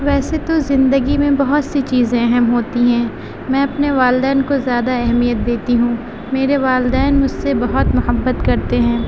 ویسے تو زندگی میں بہت سی چیزیں اہم ہوتی ہیں میں اپنے والدین کو زیادہ اہمیت دیتی ہوں میرے والدین مجھ سے بہت محبت کرتے ہیں